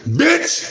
bitch